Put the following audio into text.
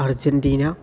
Argentina